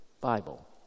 Bible